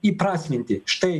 įprasminti štai